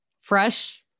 Fresh